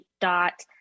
dot